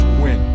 win